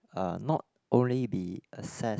uh not only be assessed